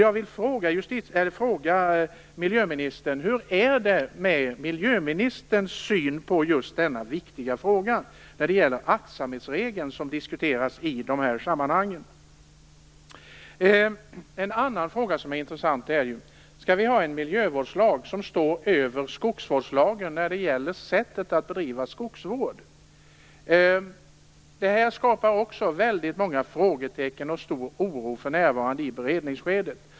Jag vill fråga miljöministern: Vad är miljöministerns syn på just den viktiga frågan om aktsamhetsregeln? En annan fråga som är intressant är om vi skall ha en miljövårdslag som står över skogsvårdslagen när det gäller sättet att bedriva skogsvård. Detta skapar också väldigt många frågetecken och stor oro i beredningsskedet.